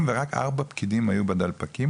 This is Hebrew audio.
וזה בהיקפים